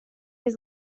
his